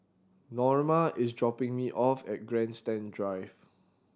Norma is dropping me off at Grandstand Drive